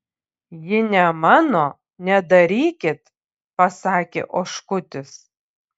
ji ne mano nedarykit pasakė oškutis